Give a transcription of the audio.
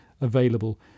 available